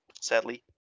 sadly